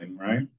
right